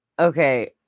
okay